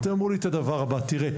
הם אמרו לי את הדבר הבא- תראה,